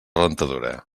rentadora